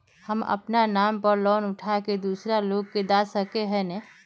हम अपना नाम पर लोन उठा के दूसरा लोग के दा सके है ने